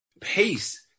pace